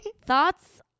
Thoughts